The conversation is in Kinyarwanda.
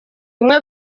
imwe